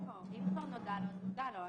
אם כבר נודע לו, אז כבר נודע לו.